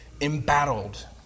Embattled